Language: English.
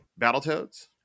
Battletoads